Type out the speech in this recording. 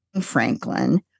Franklin